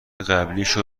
قبلیشو